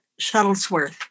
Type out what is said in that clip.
Shuttlesworth